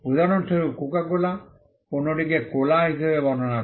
উদাহরণস্বরূপ Coca Cola পণ্যটিকে cola হিসাবে বর্ণনা করে